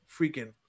freaking